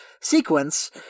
sequence